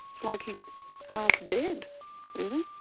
it's like he's half dead really.